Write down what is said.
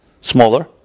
smaller